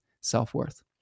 self-worth